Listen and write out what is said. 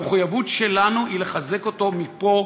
המחויבות שלנו היא לחזק אותו מפה,